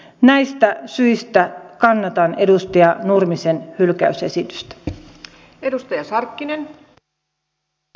näistä syistä kannatan edustaja nurmisen hylkäysesitystä